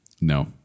No